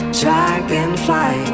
dragonfly